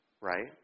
right